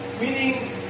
Meaning